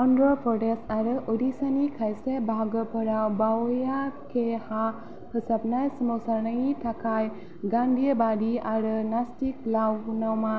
आंध्र प्रदेश आरो उड़ीसानि खायसे बाहागोफोराव भावेया के हा फोसाबनाय सोमावसारनायनि थाखाय गान्धीबादी आरो नास्टिक लावनमा